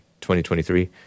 2023